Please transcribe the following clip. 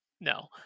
no